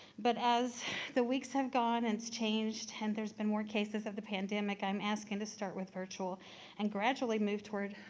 but as the weeks have gone and it's changed and there's been more cases of the pandemic, i'm asking to start with virtual and gradually moved toward